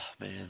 man